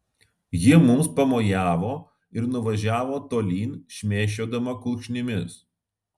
ji mums pamojavo ir nuvažiavo tolyn šmėsčiodama kulkšnimis